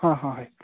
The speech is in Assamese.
হয় হয়